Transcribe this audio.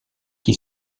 qui